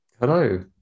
Hello